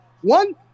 one